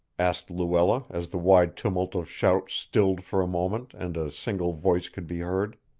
asked luella, as the wild tumult of shouts stilled for a moment and a single voice could be heard.